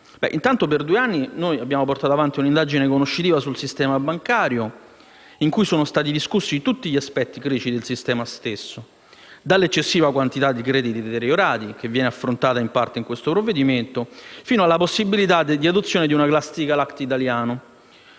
Intanto per due anni abbiamo portato avanti un'indagine conoscitiva sul sistema bancario, nel corso della quale sono stati discussi tutti gli aspetti critici del sistema stesso: dall'eccessiva quantità di crediti deteriorati, affrontata in parte in questo provvedimento, fino alla possibilità di adozione di una Glass-Steagall Act italiana,